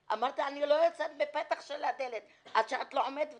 אמרתי לה שאני לא יוצאת מפתח הדלת עד שהיא לא מצלצלת.